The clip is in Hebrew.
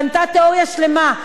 היא בנתה תיאוריה שלמה,